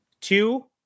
Two